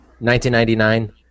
1999